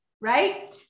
right